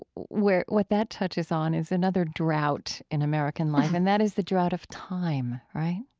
where what that touches on is another drought in american life. and that is the drought of time, right?